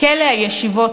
"כלא הישיבות",